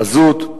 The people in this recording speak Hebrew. מזוט.